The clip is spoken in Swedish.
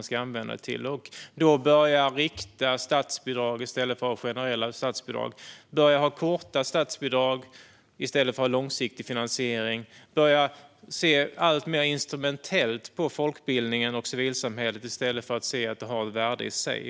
Staten kan då börja med riktade i stället för generella statsbidrag och korta statsbidrag i stället för långsiktig finansiering och börja se alltmer instrumentellt på folkbildningen och civilsamhället, i stället för att se att de har ett värde i sig.